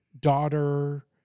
daughter